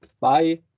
Bye